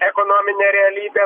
ekonominė realybė